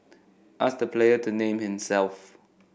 ask the player to name himself